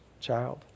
child